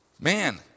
Man